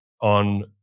on